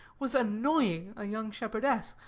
was annoying a young shepherdess.